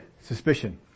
suspicion